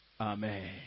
Amen